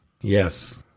Yes